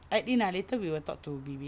add in lah later we will talk to Bibi